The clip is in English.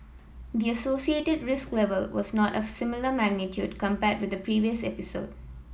the associated risk level was not of similar magnitude compared with the previous episode